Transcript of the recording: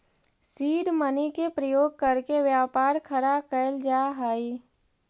seed money के प्रयोग करके व्यापार खड़ा कैल जा हई